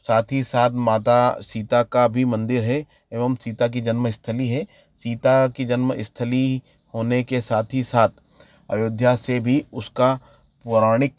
साथ ही साथ माता सीता का भी मंदिर है एवं सीता की जन्म स्थली है सीता की जन्म स्थली होने के साथ ही साथ अयोध्या से भी उसका पौराणिक